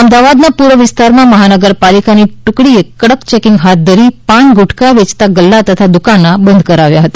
અમદાવાદ ના પૂર્વ વિસ્તારમાં મહાનગરપાલિકાની ટુકડી એ કડક ચેકિંગ હાથ ધરી પાન ગુટકા વેચતા ગલ્લા તથા દુકાનો બંધ કરાવ્યુ હતા